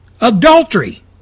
adultery